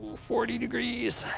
forty degrees.